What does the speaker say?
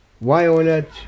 violet